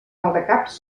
maldecaps